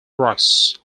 rocks